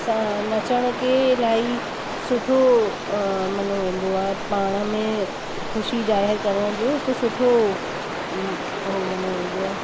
असां नचण खे इलाही सुठो मञियो वेंदो आहे पाण में ख़ुशी ज़ाहिरु करण जो हिकु सुठो उहो मञियो वेंदो आहे